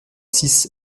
six